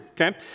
okay